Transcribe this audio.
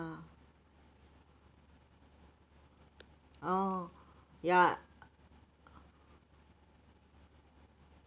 oh ya